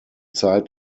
zeit